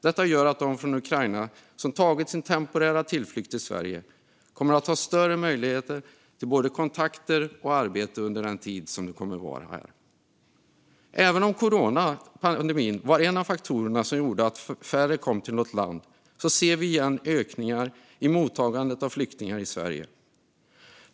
Detta gör att de från Ukraina som tagit sin temporära tillflykt till Sverige kommer att ha större möjlighet till kontakter och arbete under sin tid här. Under coronapandemin kom det färre flyktingar till Sverige, men nu ser vi en ökning i mottagandet.